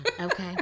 Okay